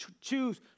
choose